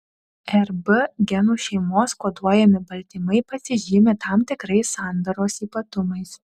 rb genų šeimos koduojami baltymai pasižymi tam tikrais sandaros ypatumais